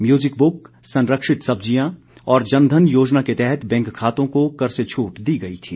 music book संरक्षित सब्जियां और जनधन योजना के तहत बैंक खातों को कर से छूट दी गई थी